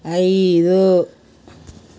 ఐదు